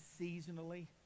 seasonally